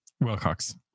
Wilcox